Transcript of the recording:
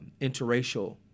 interracial